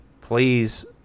please